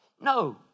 No